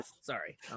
Sorry